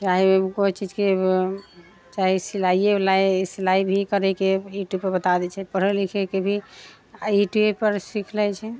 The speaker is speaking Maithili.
चाहे कोइ चीजके चाहे सिलाइए ओलाइ सिलाइ भी करैके यूट्यूब पे बता दय छै पढ़े लिखेके भी यूट्यूबे पर सीख लैत छै